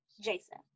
Jason